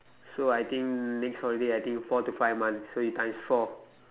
so I think next holiday I think next four to five months so you times four